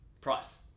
price